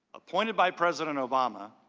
appointed by president obama